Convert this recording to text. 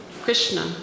Krishna